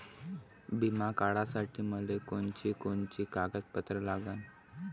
बिमा काढासाठी मले कोनची कोनची कागदपत्र लागन?